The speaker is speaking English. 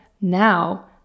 Now